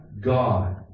God